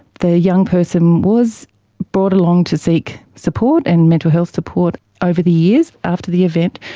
the young person was brought along to seek support and mental health support over the years after the event.